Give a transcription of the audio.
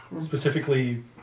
Specifically